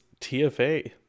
TFA